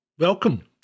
Welcome